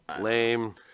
Lame